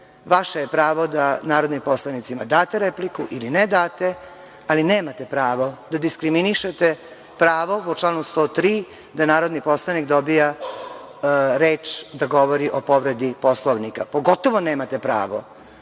Vaše je pravo da narodnim poslanicima date repliku ili ne date, ali nemate pravo da diskriminišete pravo po članu 103, da narodni poslanik dobija reč da govori o povredi Poslovnika. Pogotovo nemate pravo